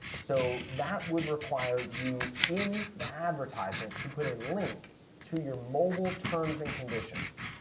so that would require you, in the advertisement, to put a link to your mobile terms and conditions.